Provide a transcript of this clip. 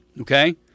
Okay